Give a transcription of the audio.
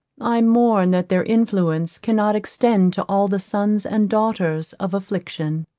i mourn that their influence cannot extend to all the sons and daughters of affliction.